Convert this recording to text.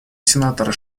сенатора